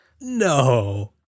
No